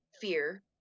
fear